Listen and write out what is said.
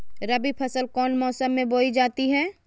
रबी फसल कौन मौसम में बोई जाती है?